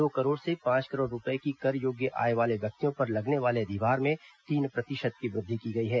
दो करोड़ से पांच करोड़ रूपये की कर योग्य आय वाले व्यक्तियों पर लगने वाले अधिभार में तीन प्रतिशत की वृद्धि की गई है